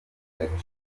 agaciro